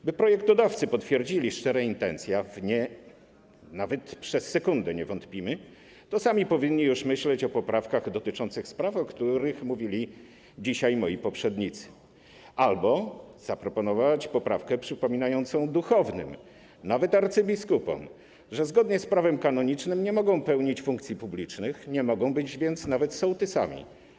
Aby projektodawcy potwierdzili szczere intencje - a w nie nawet przez sekundę nie wątpimy - sami powinni już myśleć o poprawkach dotyczących spraw, o których mówili dzisiaj przedmówcy, albo zaproponować poprawkę przypominającą duchownym, nawet arcybiskupom, że zgodnie z prawem kanonicznym nie mogą pełnić funkcji publicznych, a więc nawet nie mogą być sołtysami.